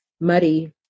muddy